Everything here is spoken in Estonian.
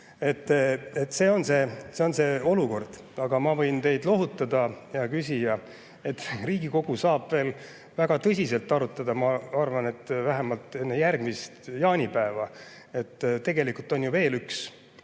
See on see olukord. Aga ma võin teid lohutada, hea küsija, et Riigikogu saab veel väga tõsiselt kõike arutada, ma arvan, vähemalt enne järgmist jaanipäeva. Tegelikult on ju veel üks